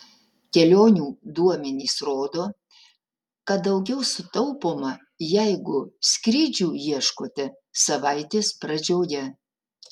kelionių duomenys rodo kad daugiau sutaupoma jeigu skrydžių ieškote savaitės pradžioje